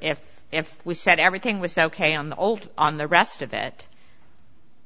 if if we said everything was ok on the old on the rest of it